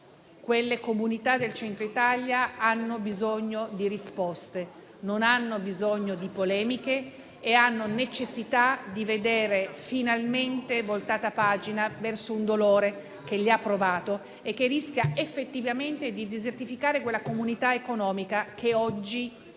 le comunità del Centro Italia hanno bisogno di risposte, non hanno bisogno di polemiche e hanno necessità di vedere finalmente voltata pagina rispetto ad un dolore che le ha provate e che rischia effettivamente di desertificare una comunità economica che oggi è